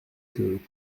que